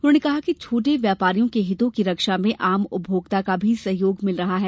उन्होंने कहा कि छोटे व्यापारियों के हितों की रक्षा में आम उपभोक्ता का भी सहयोग मिल रहा है